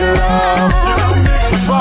love